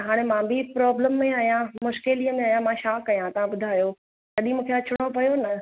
त हाणे मां बि प्रोब्लम में आहियां मुश्किलु में आहियां मां छा कयां तव्हां ॿुधायो तॾहिं मूंखे अचिणो पियो न